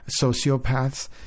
sociopaths